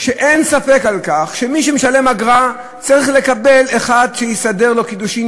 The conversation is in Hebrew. שאין ספק שמי שמשלם אגרה צריך לקבל אחד שיסדר לו קידושין,